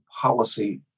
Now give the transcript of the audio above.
policy